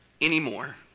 anymore